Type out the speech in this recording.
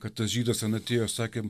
kad tas žydas an atėjo sakėm